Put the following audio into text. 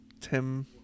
tim